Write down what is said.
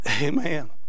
Amen